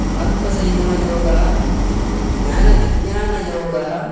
आत्मसय्यमयोगः ज्ञानविज्ञानयोगः